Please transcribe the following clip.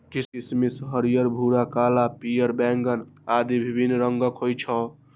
किशमिश हरियर, भूरा, काला, पीयर, बैंगनी आदि विभिन्न रंगक होइ छै